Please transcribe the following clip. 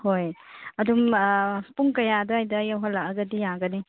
ꯍꯣꯏ ꯑꯗꯨꯝ ꯄꯨꯡ ꯀꯌꯥ ꯑꯗꯥꯏꯗ ꯌꯧꯍꯜꯂꯛꯑꯒꯗꯤ ꯌꯥꯒꯅꯤ